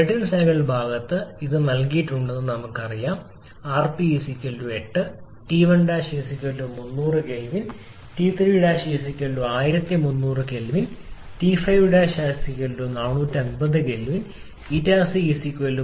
Brayton cycle ഭാഗത്തിന് ഇത് നൽകിയിട്ടുണ്ടെന്ന് ഞങ്ങൾക്കറിയാം Rp 8 T1 300 K T3 1300 K T5 450 K ηC 0